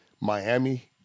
Miami